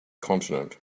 continent